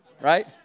Right